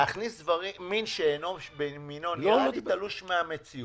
להכניס מין בשאינו מינו, נראה לי תלוש מהמציאות.